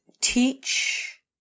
teach